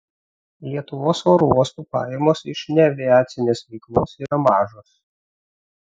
lietuvos oro uostų pajamos iš neaviacinės veiklos yra mažos